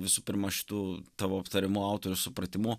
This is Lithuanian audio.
visų pirma šitų tavo aptariamų autorių supratimu